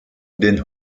den